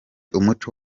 umuco